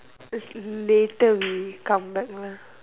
later we'll come back one